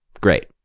great